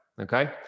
okay